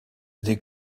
ydy